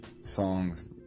songs